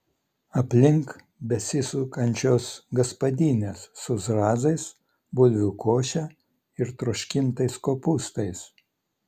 aplink besisukančios gaspadinės su zrazais bulvių koše ir troškintais kopūstais